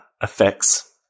effects